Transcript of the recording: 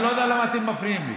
אני לא יודע למה אתם מפריעים לי.